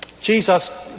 Jesus